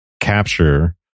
capture